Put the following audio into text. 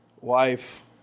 wife